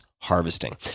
harvesting